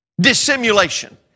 Dissimulation